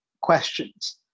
questions